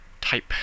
type